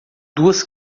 duas